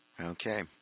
okay